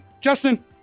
Justin